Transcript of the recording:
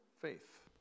Faith